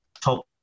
top